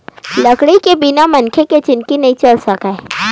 लकड़ी के बिना मनखे के जिनगी नइ चल सकय